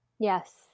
Yes